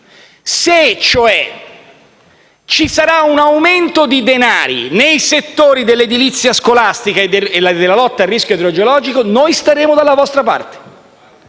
ci sarà un aumento di denari nei settori dell'edilizia scolastica e della lotta al rischio idrogeologico, noi staremo dalla vostra parte.